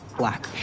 black.